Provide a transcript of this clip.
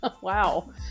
Wow